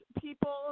people